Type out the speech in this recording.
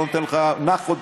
נח עוד